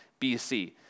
BC